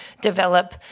develop